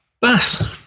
bass